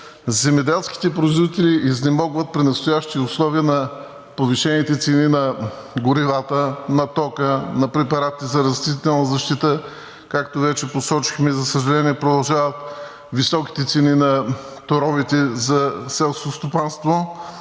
Земеделските производители изнемогват при настоящите условия на повишените цени на горивата, на тока, на препаратите за растителна защита, както вече посочихме. За съжаление, продължават високите цени на торовете за селското стопанство,